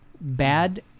bad